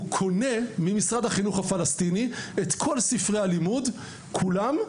הוא קונה ממשרד החינוך הפלסטיני את כל ספרי הלימוד כולם,